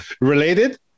Related